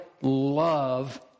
love